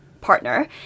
partner